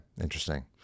Interesting